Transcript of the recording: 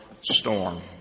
storm